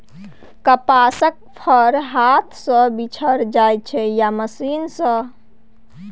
कपासक फर हाथ सँ बीछल जाइ छै या मशीन सँ